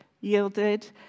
yielded